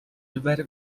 ببره